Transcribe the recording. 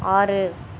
ஆறு